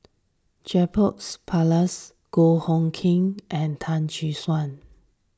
Jacob Ballas Goh Hood Keng and Tan Gek Suan